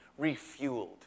refueled